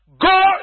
Go